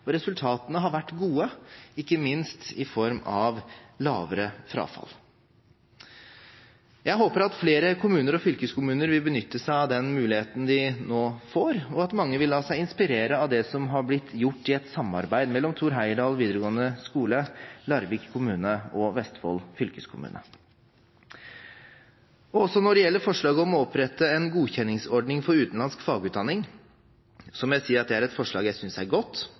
Kombinasjonsklassen. Resultatene har vært gode, ikke minst i form av lavere frafall. Jeg håper at flere kommuner og fylkeskommuner vil benytte seg av den muligheten de nå får, og at mange vil la seg inspirere av det som har blitt gjort i et samarbeid mellom Thor Heyerdahl videregående skole, Larvik kommune og Vestfold fylkeskommune. Også når det gjelder forslaget om å opprette en godkjenningsordning for utenlandsk fagutdanning, må jeg si at det er et forslag jeg synes er godt.